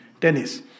tennis